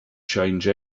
change